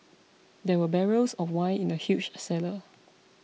there were barrels of wine in the huge cellar